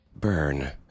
Burn